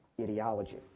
ideology